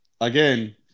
again